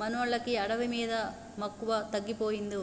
మనోళ్ళకి అడవి మీద మక్కువ తగ్గిపోయిందో